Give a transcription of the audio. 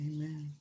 Amen